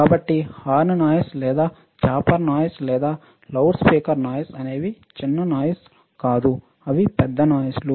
కాబట్టి horn noise లేదా chopper noise లేదా కొన్ని లౌడ్ స్పీకర్ నాయిస్ అనేవి చిన్న నాయిస్లు కాదు అవి పెద్ద నాయిస్లు